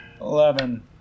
Eleven